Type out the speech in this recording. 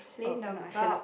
oh no I should not